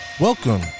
Welcome